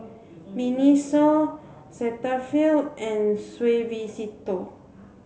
Miniso Cetaphil and Suavecito